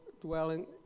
dwelling